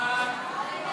ההצעה